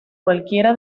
cualquiera